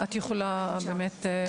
תודה רבה.